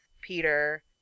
Peter